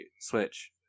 Switch